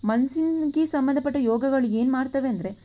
ಮನಸ್ಸಿಗೆ ಸಂಬಂಧಪಟ್ಟ ಯೋಗಗಳು ಏನು ಮಾಡ್ತವೆ ಅಂದರೆ